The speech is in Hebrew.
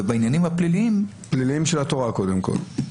פליליים של התורה קודם כל.